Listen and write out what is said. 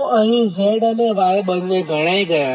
તો અહીં Z અને Y બંને ગણાઇ ગયા